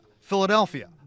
Philadelphia